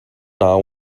now